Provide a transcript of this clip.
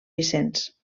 vicenç